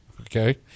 okay